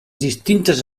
distintes